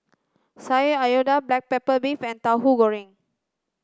sayur lodeh black pepper beef and tauhu goreng